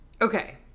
okay